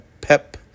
pep